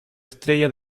estrella